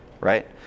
right